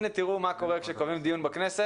הנה תראו מה קורה כשקובעים דיון בכנסת.